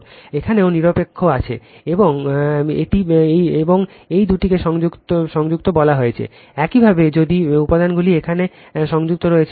এখানেও নিরপেক্ষ আছে এবং এই দুটিকে সংযুক্ত বলা হয়েছে একইভাবে জানি উপাদানগুলি এখানে সংযুক্ত রয়েছে